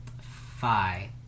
phi